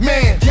Man